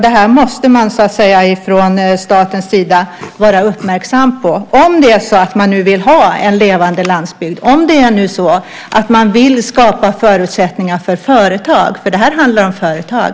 Det här måste man från statens sida vara uppmärksam på, om det nu är så att man vill ha en levande landsbygd och om man nu vill skapa förutsättningar för företag, för det här handlar om företag.